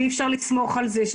אי אפשר לסמוך על זה.